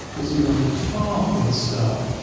presumably far from a star.